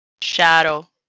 Shadow